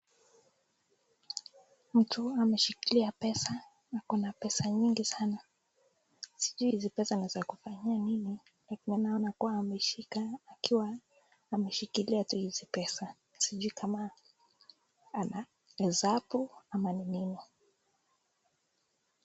Mtu ameshikilia pesa, ako na pesa nyingi sana, sijui hizi pesa ni za kufanyia nini, lakini naona kuwa ameshika akiwa ameshikilia tu hizi pesa, sijui kama anahesabu ama ni nini.